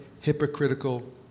hypocritical